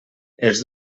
els